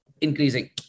increasing